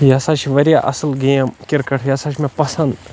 یہِ ہَسا چھِ واریاہ اَصٕل گیم کِرکَٹ یہِ ہَسا چھِ مےٚ پَسنٛد